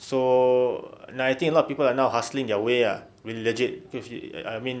so and I think a lot of people are now hustling their way ah I mean legit especially I mean